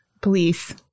Police